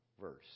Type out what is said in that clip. verse